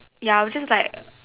ya I would just like